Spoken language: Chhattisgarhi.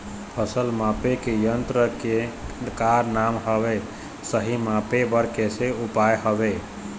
फसल मापे के यन्त्र के का नाम हवे, सही मापे बार कैसे उपाय हवे?